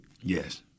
Yes